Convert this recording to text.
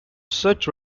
such